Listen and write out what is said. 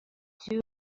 two